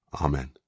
Amen